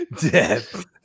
death